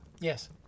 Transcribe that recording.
yes